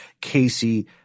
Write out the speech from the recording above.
Casey